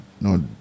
No